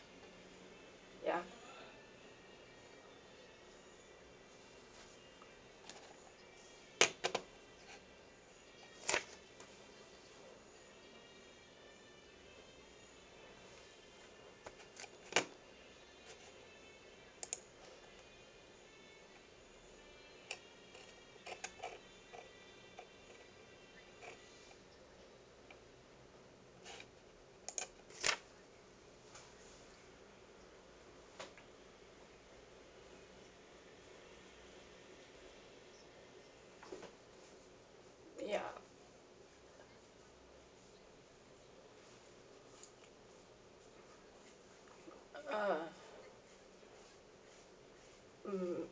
ya ya ah mm